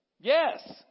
Yes